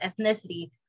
ethnicity